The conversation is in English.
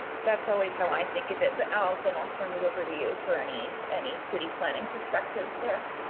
that's always how i think of it but i'll send, i'll turn it over to you for any, any city planning perspectives there.